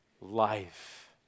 life